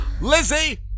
Lizzie